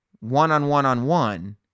one-on-one-on-one